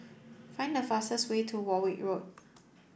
find the fastest way to Warwick Road